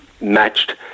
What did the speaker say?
matched